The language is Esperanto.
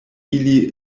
ili